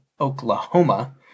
Oklahoma